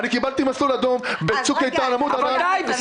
אני קיבלתי מסלול אדום בצוק איתן, עמוד ענן.